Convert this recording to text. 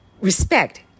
respect